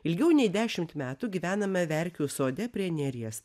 ilgiau nei dešimt metų gyvename verkių sode prie neries